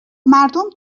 مردم